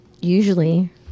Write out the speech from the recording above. Usually